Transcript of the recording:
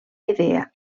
idea